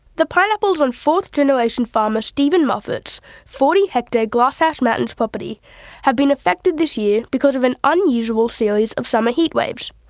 the pineapples on fourth-generation farmer stephen moffat's forty hectare glass house mountains property have been affected this year because of an unusual series of summer heatwaves.